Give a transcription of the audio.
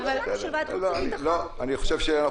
אני חושב שזה טיעון מעגלי.